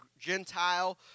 Gentile